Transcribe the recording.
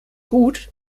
gut